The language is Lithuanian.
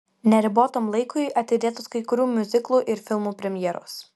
neribotam laikui atidėtos kai kurių miuziklų ir filmų premjeros